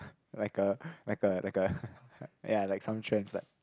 like a like a like a uh ya like some trends like